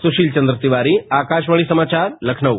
सुशील वन्द्र तिवारी आकाशवाणी समाचार लखनऊ